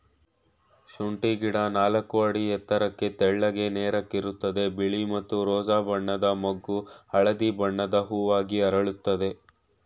ಶುಂಠಿ ಗಿಡ ನಾಲ್ಕು ಅಡಿ ಎತ್ತರಕ್ಕೆ ತೆಳ್ಳಗೆ ನೇರಕ್ಕಿರ್ತದೆ ಬಿಳಿ ಮತ್ತು ರೋಜಾ ಬಣ್ಣದ ಮೊಗ್ಗು ಹಳದಿ ಬಣ್ಣದ ಹೂವಾಗಿ ಅರಳುತ್ತದೆ